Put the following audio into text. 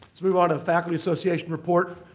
let's move on to the faculty association report.